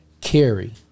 carry